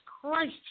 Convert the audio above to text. Christ